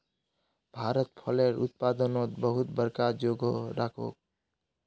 भारत फलेर उत्पादनोत बहुत बड़का जोगोह राखोह